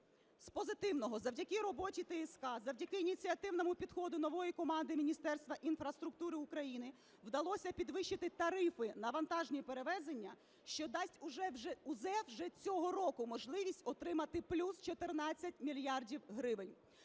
З позитивного. Завдяки роботі ТСК, завдяки ініціативному підходу нової команди Міністерства інфраструктури України вдалося підвищити тарифи на вантажні перевезення, що дасть УЗ вже цього року можливість отримати плюс 14 мільярдів гривень,